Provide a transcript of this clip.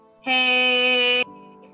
Hey